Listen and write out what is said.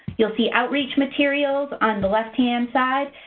you'll see outreach materials on the left hand side,